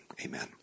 amen